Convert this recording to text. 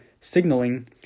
signaling